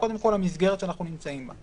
קודם כול, זו המסגרת שאנחנו נמצאים בה.